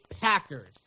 Packers